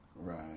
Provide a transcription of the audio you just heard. Right